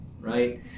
right